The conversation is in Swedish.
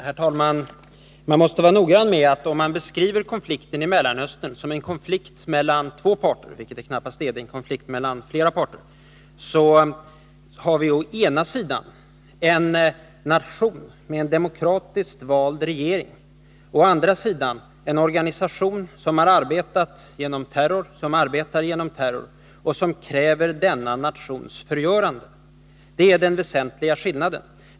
Herr talman! Man måste vara noggrann med att om man beskriver konflikten i Mellanöstern som en konflikt mellan två parter — vilket det knappast är, eftersom det är en konflikt mellan flera parter — måste man ha klart för sig att vi å ena sidan har en nation med en demokratiskt vald regering och å andra sidan en organisation som arbetar genom terror och som kräver denna nations förgörande. Det är den väsentliga skillnaden.